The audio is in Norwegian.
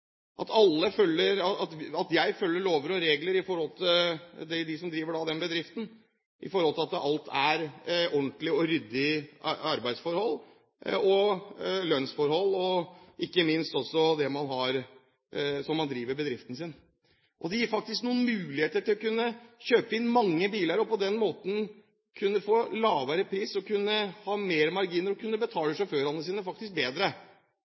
har alle oppfylt kravet til vandelsattest, at jeg følger lover og regler i forhold til bedriften, at det er ryddige og ordentlige arbeidsforhold og lønnsforhold – og ikke minst når det gjelder hvordan man driver bedriften sin. Det gir faktisk noen muligheter til å kunne kjøpe inn mange biler og på den måten kunne få lavere pris og ha større marginer og kunne betale sine sjåfører bedre.